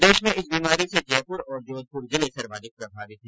प्रदेश में इस बीमारी से जयपुर और जोधपुर जिले सर्वाधिक प्रभावित हैं